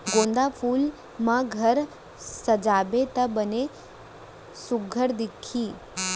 गोंदा फूल म घर सजाबे त बने सुग्घर दिखही